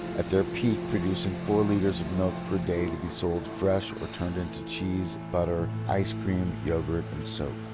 at their peak producing four litres of milk per day to be sold fresh or turned into cheese, butter, ice-cream, yoghurt and soap.